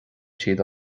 siad